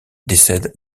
décède